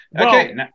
Okay